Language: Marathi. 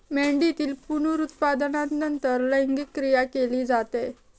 मेंढीतील पुनरुत्पादनानंतर लैंगिक क्रिया केली जाते